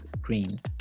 green